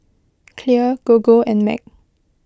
Clear Gogo and Mac